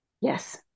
Yes